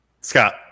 Scott